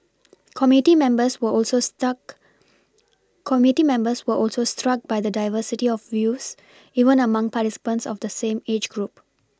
committee members were also stuck committee members were also struck by the diversity of views even among participants of the same age group